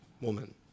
woman